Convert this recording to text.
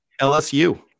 LSU